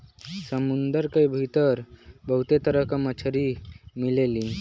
समुंदर के भीतर बहुते तरह के मछली मिलेलीन